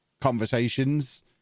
conversations